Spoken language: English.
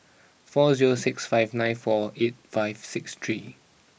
four zero six five nine four eight five six three